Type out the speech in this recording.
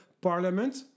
Parliament